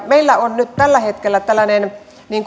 meillä nyt tällä hetkellä tällainen